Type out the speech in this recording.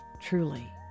Truly